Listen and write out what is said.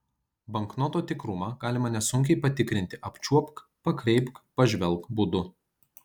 banknoto tikrumą galima nesunkiai patikrinti apčiuopk pakreipk pažvelk būdu